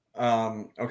Okay